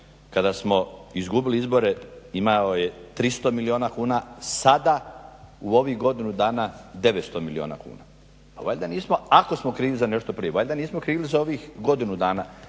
Kada smo izgubili izbore imao je 300 milijuna kuna. Sada u ovih godinu dana 900 milijuna kuna. A valjda nismo, ako smo krivi za nešto prije, valjda nismo krivi za ovih godinu dana.